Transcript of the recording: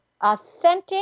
authentic